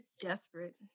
desperate